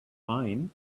fine